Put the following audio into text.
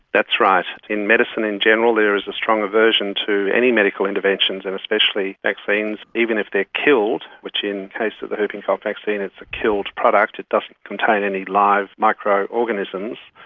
that's right. in medicine in general there is a strong aversion to any medical interventions and especially vaccines, even if they are killed, which in the case of the whooping cough vaccine it's a killed product, it doesn't contain any live microorganisms,